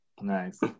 Nice